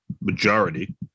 majority